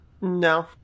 No